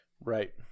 Right